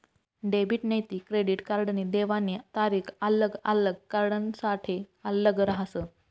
debit नैते credit कार्डनी देवानी तारीख आल्लग आल्लग कार्डसनासाठे आल्लग रहास